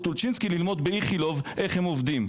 טולצ'ינסקי ללמוד באיכילוב איך הם עובדים.